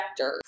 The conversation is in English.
vectors